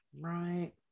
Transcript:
Right